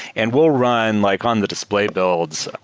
and we'll run like on the display builds,